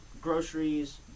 groceries